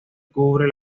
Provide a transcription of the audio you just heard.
cubre